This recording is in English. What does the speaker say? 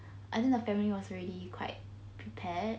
I think the family was already quite prepared